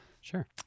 Sure